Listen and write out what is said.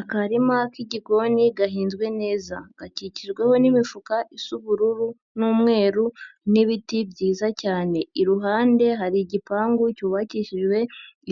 Akarima k'igigoni gahinzwe neza, gakikijweho n'imifuka isa ubururu n'umweru n'ibiti byiza cyane, iruhande hari igipangu cyubakishijwe